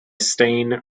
stain